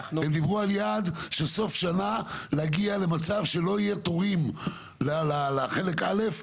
הם דיברו על יעד של סוף שנה להגיע למצב שלא יהיה תורים לחלק א',